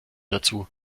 dazu